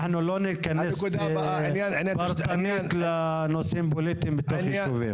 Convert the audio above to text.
אנחנו לא נכנס פרטנית לנושאים פוליטיים בתוך הישובים.